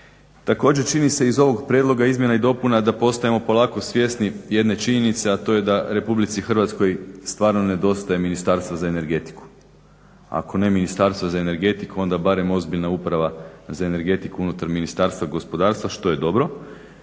Također čini se iz ovog prijedloga izmjena i dopuna da postajemo polako svjesni jedne činjenice, a to je da Republici Hrvatskoj stvarno nedostaje Ministarstvo za energetiku. Ako ne Ministarstvo za energetiku onda barem ozbiljna uprava za energetiku unutar Ministarstva gospodarstva što je dobro,